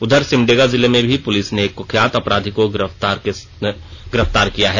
उधर सिमडेगा जिले में भी पुलिस ने एक कुख्यात अपराधी को हथियार के साथ गिरफ्तार किया है